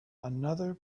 another